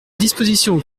disposition